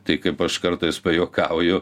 tai kaip aš kartais pajuokauju